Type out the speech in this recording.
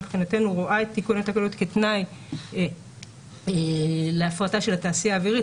מבחינתנו רואה את תיקון התקנות כתנאי להפרטה של התעשייה האווירית